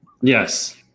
Yes